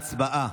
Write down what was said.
הצבעה.